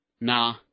Nah